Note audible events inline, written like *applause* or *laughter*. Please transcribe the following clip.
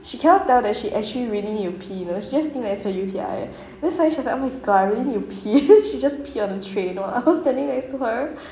she cannot tell that she actually really need to pee you know she just think that it's her U_T_I then suddenly she's like oh my god I really need to pee *laughs* then she just pee on the train you know I was standing next to her